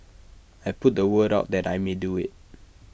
I put the word out that I may do IT